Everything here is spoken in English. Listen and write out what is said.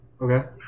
Okay